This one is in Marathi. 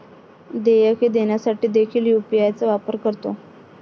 देयके देण्यासाठी देखील यू.पी.आय चा वापर करतो